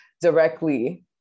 directly